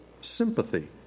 sympathy